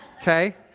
Okay